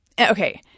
okay